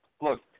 Look